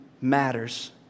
matters